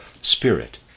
spirit